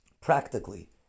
practically